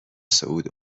صعود